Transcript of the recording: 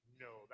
No